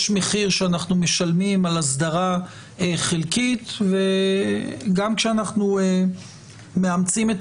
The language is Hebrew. יש מחיר שאנחנו משלמים על הסדרה חלקית וגם כשאנחנו מאמצים את